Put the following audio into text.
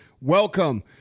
welcome